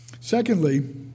Secondly